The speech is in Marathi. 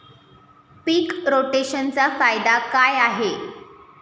पीक रोटेशनचा फायदा काय आहे?